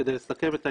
כדי לסכם את העניין,